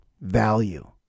value